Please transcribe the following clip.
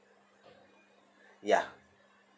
ya